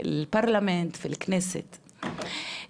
זו לא פעם ראשונה שאני פוגשת אותו ושומעת אותו,